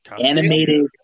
animated